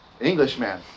Englishman